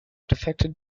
defected